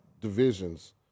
divisions